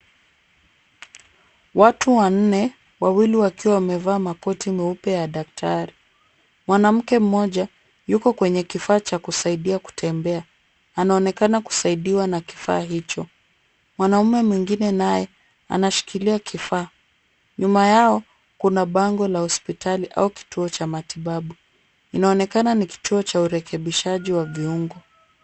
Watu wanne wawili wakiwa wamevaa makoti meupe ya daktari. Mwanamke mmoja yuko kwenye kifaa cha kusaidia kutembea. Anaonekana kusaidiwa na kifaa hicho. Mwanaume mwengine naye anashikilia kifaa. Nyuma yao kuna bango la hospitali au kituo cha matibabu. Inaonekana ni kituo cha urekebishaji wa viungo.